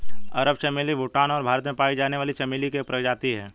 अरब चमेली भूटान और भारत में पाई जाने वाली चमेली की एक प्रजाति है